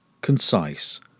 concise